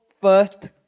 first